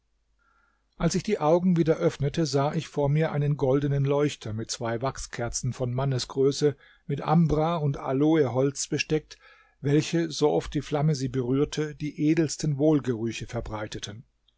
als ich die augen wieder öffnete sah ich vor mir einen goldenen leuchter mit zwei wachskerzen von mannesgröße mit ambra und aloeholz besteckt welche so oft die flamme sie berührte die edelsten wohlgerüche verbreiteten